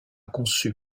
conçu